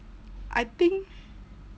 I think